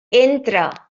entra